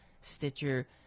Stitcher